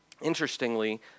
Interestingly